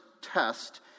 test